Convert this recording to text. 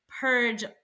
purge